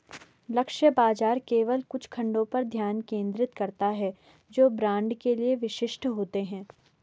लक्ष्य बाजार केवल कुछ खंडों पर ध्यान केंद्रित करता है जो ब्रांड के लिए विशिष्ट होते हैं